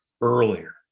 earlier